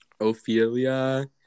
Ophelia